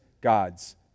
God's